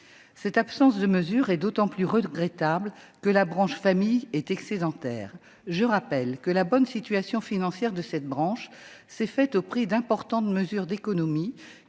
Cette absence est d'autant plus regrettable que la branche famille est excédentaire. Je rappelle que la bonne situation financière de cette branche s'est faite au prix d'importantes mesures d'économies